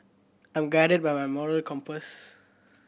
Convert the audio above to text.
I'm guided by my moral compass